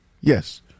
Yes